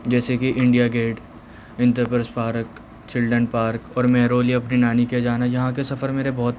جیسے کہ India Gate Indraprastha Park Children Park اور مہرولی اپنی نانی کے یہاں جانا یہاں کے سفر میرے بہت